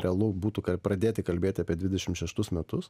realu būtų kad pradėti kalbėti apie dvidešim šeštus metus